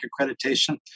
accreditation